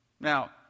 Now